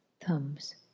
thumbs